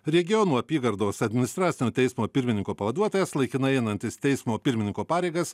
regionų apygardos administracinio teismo pirmininko pavaduotojas laikinai einantis teismo pirmininko pareigas